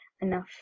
enough